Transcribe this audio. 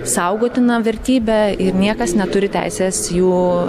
saugotina vertybė ir niekas neturi teisės jų